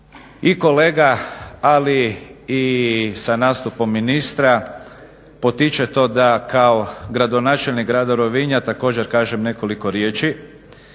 i kolega ali i sa nastupom ministra potiče to da kao gradonačelnik grada Rovinja također kažem nekoliko riječi